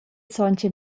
sontga